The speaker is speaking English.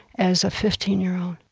as a fifteen year old.